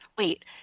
Wait